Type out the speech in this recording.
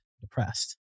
depressed